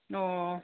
ꯑꯣ